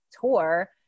tour